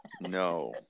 No